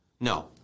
No